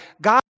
God